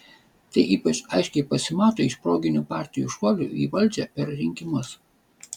tai ypač aiškiai pasimato iš proginių partijų šuolių į valdžią per rinkimus